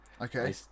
Okay